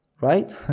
right